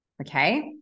okay